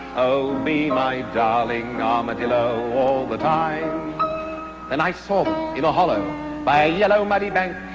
oh me my darling armadillo all the time then i saw in a hollow by a yellow muddy bank,